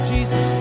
Jesus